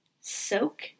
soak